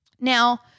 Now